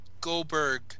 Goldberg